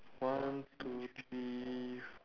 one two three